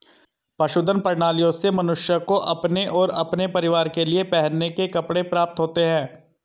पशुधन प्रणालियों से मनुष्य को अपने और अपने परिवार के लिए पहनने के कपड़े प्राप्त होते हैं